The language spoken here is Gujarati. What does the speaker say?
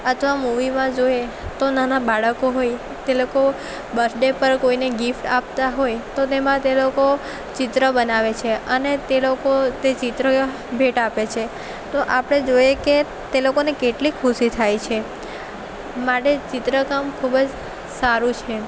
અથવા મૂવીમાં જોઈએ તો નાનાં બાળકો હોય તે લોકો બરથડે પર કોઈને ગિફ્ટ આપતા હોય તો તેમાં તે લોકો ચિત્ર બનાવે છે અને તે લોકો તે ચિત્ર ભેટ આપે છે તો આપણે જોઈએ કે તે લોકોને કેટલી ખુશી થાય છે માટે ચિત્ર કામ ખૂબ જ સારું છે